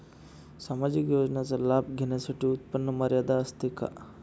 सामाजिक योजनांचा लाभ घेण्यासाठी उत्पन्न मर्यादा असते का?